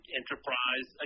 enterprise